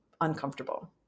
uncomfortable